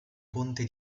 ponte